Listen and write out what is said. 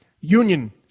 union